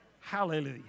Hallelujah